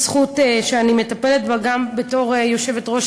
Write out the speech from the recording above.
היא זכות שאני מטפלת בה גם בתור יושבת-ראש